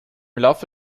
laufe